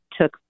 took